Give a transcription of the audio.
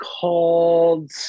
called